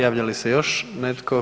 Javlja li se još netko?